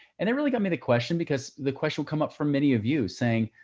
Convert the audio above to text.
and it really got me the question, because the question will come up for many of you saying,